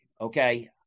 okay